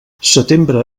setembre